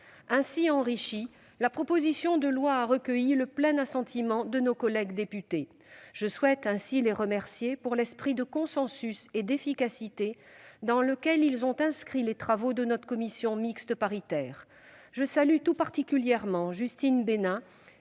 Ainsi enrichie, la proposition de loi a recueilli le plein assentiment de nos collègues députés. Je souhaite ainsi les remercier pour l'esprit de consensus et d'efficacité dans lequel ils ont inscrit les travaux de notre commission mixte paritaire. Je salue tout particulièrement Justine Benin,